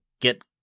get